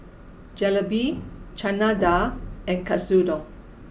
Jalebi Chana Dal and Katsudon